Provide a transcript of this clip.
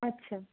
আচ্ছা